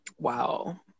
Wow